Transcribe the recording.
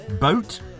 boat